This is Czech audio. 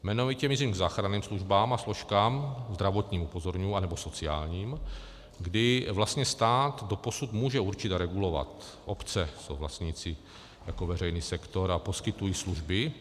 Jmenovitě mířím k záchranným službám a složkám, zdravotním, upozorňuji, anebo sociálním, kdy vlastně stát doposud může určitě regulovat obce, to jsou vlastníci jako veřejný sektor a poskytují služby.